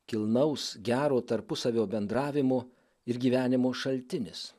kilnaus gero tarpusavio bendravimo ir gyvenimo šaltinis